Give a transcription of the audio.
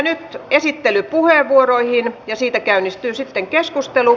nyt esittelypuheenvuoroihin ja siitä käynnistyy sitten keskustelu